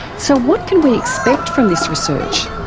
so, what can we expect from this research?